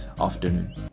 afternoon